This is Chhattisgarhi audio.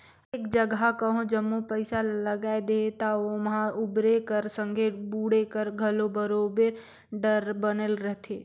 एक जगहा कहों जम्मो पइसा ल लगाए देहे ता ओम्हां उबरे कर संघे बुड़े कर घलो बरोबेर डर बनल रहथे